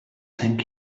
thank